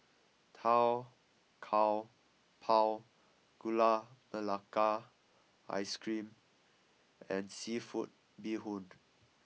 Tau Kwa Pau Gula Melaka ice cream and seafood be hond